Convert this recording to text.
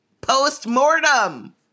post-mortem